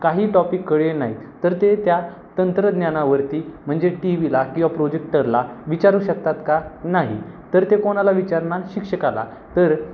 काही टॉपिक कळले नाहीत तर ते त्या तंत्रज्ञानावरती म्हणजे टी व्हीला किंवा प्रोजेक्टरला विचारू शकतात का नाही तर ते कोणाला विचारणार शिक्षकाला तर